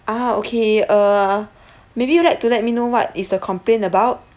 ah okay uh maybe you'd like to let me know what is the complaint about